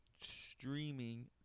streaming